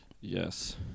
Yes